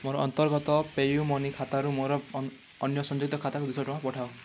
ମୋର ଅନ୍ତର୍ଗତ PayU money ଖାତାରୁ ମୋର ଅନ୍ୟ ସଂଯୁକ୍ତ ଖାତାକୁ ଦୁଇଶହ ଟଙ୍କା ପଠାଅ